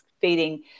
feeding